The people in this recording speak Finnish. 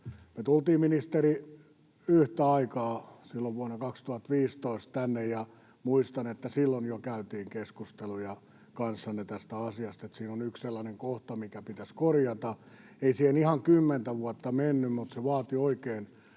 Me tultiin, ministeri, yhtä aikaa silloin vuonna 2015 tänne, ja muistan, että jo silloin käytiin keskusteluja kanssanne tästä asiasta, että siinä on yksi sellainen kohta, mikä pitäisi korjata. Ei siihen ihan kymmentä vuotta mennyt, mutta se vaati oikean